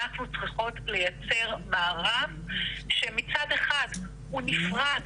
אנחנו צריכות לייצר מערך שמצד אחד הוא נפרד